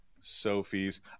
Sophie's